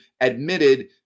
admitted